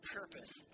purpose